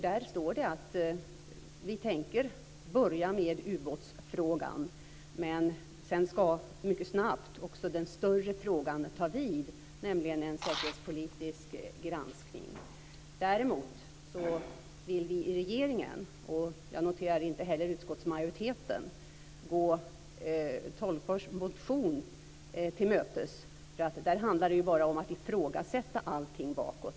Där står det att vi tänker börja med ubåtsfrågan, men sedan ska mycket snabbt också den större frågan ta vid, dvs. en säkerhetspolitisk granskning. Däremot vill vi inte i regeringen, och inte heller utskottsmajoriteten, noterar jag, gå Tolgfors motion till mötes. Där handlar det nämligen bara om att ifrågasätta allting bakåt.